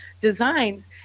designs